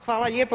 Hvala lijepo.